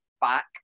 back